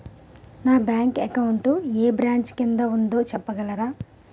నా bank account ఏ branch కిందా ఉందో చెప్పగలరా?